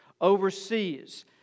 Overseas